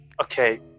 okay